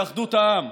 לאחדות העם.